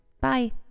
Bye